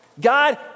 God